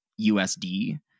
usd